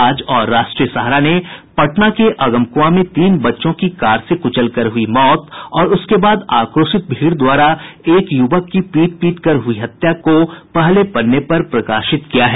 आज और राष्ट्रीय सहारा ने पटना के अगमकुआं में तीन बच्चों की कार से कुचल कर हुई मौत और उसके बाद आक्रोशित भीड़ द्वारा एक युवक की पीट पीट कर हुई हत्या को पहले पन्ने पर प्रकाशित किया है